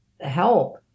help